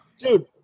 Dude